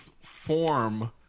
form